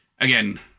Again